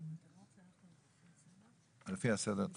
לפי הסדר,